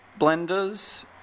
blenders